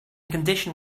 condition